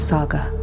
Saga